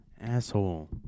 Asshole